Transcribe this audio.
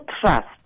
trust